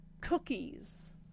cookies